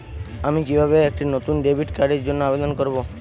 আমি কিভাবে একটি নতুন ডেবিট কার্ডের জন্য আবেদন করব?